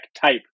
type